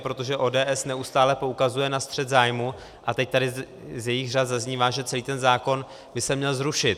Protože ODS neustále poukazuje na střet zájmů, a teď tady z jejích řad zaznívá, že celý ten zákon by se měl zrušit.